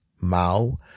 Mao